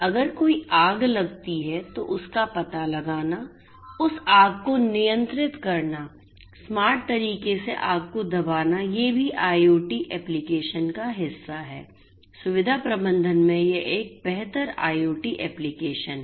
अगर कोई आग लगती है तो उसका पता लगाना उस आग को नियंत्रित करना स्मार्ट तरीके से आग को दबाना ये भी IoT एप्लिकेशन का हिस्सा हैं सुविधा प्रबंधन में यह एक बेहतर IoT एप्लीकेशन है